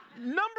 Number